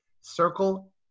circle